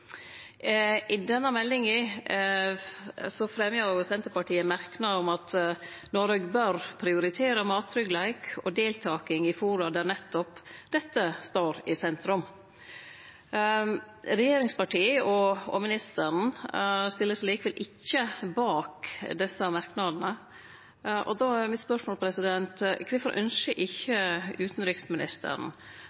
til denne meldinga fremja Senterpartiet ein merknad om at Noreg bør prioritere mattryggleik og deltaking i fora der nettopp dette står i sentrum. Regjeringspartia og utanriksministeren stiller seg likevel ikkje bak desse merknadene. Då er mitt spørsmål: Kvifor ynskjer